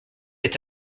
est